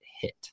hit